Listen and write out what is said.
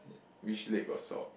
which leg got saw